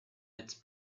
its